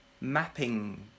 mapping